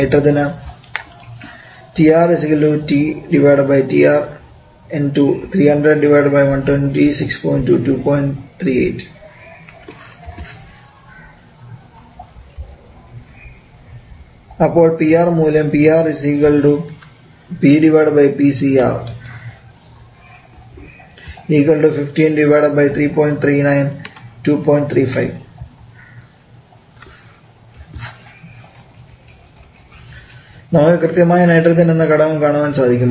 നൈട്രജന് അപ്പോൾ PR മൂല്യം നമുക്ക് കൃത്യമായി നൈട്രജൻ എന്ന ഘടകം കാണാൻ സാധിക്കും